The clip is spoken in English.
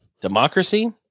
democracy